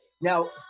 Now